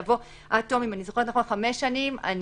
יבוא 'עד תום חמש שנים'" אם אני זוכרת נכון.